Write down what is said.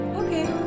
okay